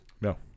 No